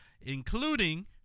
including